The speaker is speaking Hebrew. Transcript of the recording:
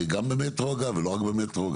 גם במטרו, לא רק במטרו.